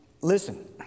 Listen